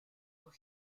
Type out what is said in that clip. los